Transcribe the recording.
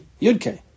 yudke